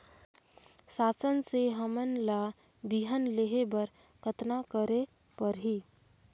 शासन से हमन ला बिहान लेहे बर कतना करे परही?